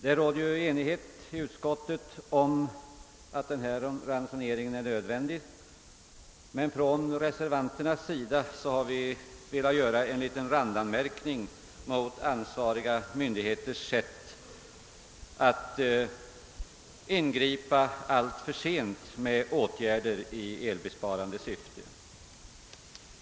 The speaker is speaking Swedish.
Det råder enighet inom utskottet om att ransoneringen är nödvändig, men vi reservanter har velat göra en liten randanmärkning mot ansvariga myndigheters sätt att alltför sent ingripa med åtgärder i elbesparande syfte.